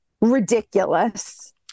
ridiculous